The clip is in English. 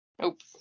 Nope